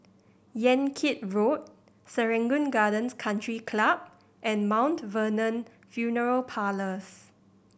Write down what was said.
Yan Kit Road Serangoon Gardens Country Club and Mount Vernon Funeral Parlours